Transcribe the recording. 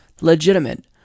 legitimate